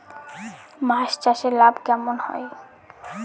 মাছ চাষে লাভ কেমন হয়?